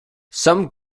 some